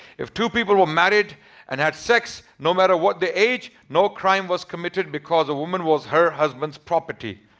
if two people were married and had sex no matter what the age no crime was committed because a woman was her husband's property.